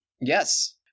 yes